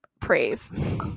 praise